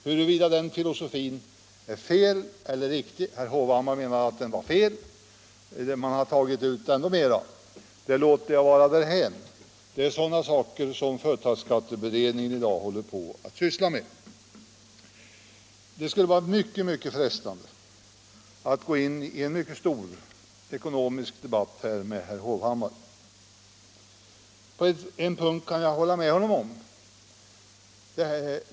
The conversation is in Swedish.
Huruvida den filosofin är felaktig eller riktig — herr Hovhammar menar att den är felaktig, att man har tagit ut ännu mera — lämnar jag därhän. Det är sådana saker som företagsskatteberedningen i dag håller på att syssla med. Det skulle vara mycket frestande att gå in i en stor ekonomisk debatt med herr Hovhammar. På en punkt kan jag hålla med honom.